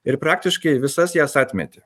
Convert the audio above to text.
ir praktiškai visas jas atmetė